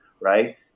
Right